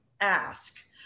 ask